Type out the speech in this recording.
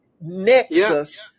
nexus